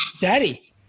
Daddy